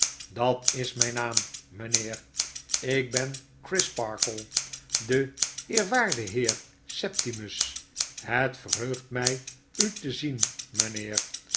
dat is myn naam mynheer ik ben crisparkle de eerwaarde heer septimus het verheugt my u tezien